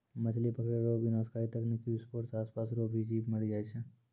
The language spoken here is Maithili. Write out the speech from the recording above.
मछली पकड़ै रो विनाशकारी तकनीकी विसफोट से आसपास रो भी जीब मरी जाय छै